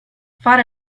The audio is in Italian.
fare